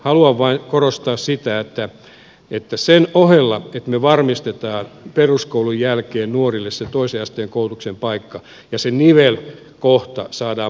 haluan vain korostaa sitä sen ohella että me varmistamme peruskoulun jälkeen nuorille toisen asteen koulutuksen paikan se nivelkohta saadaan paremmaksi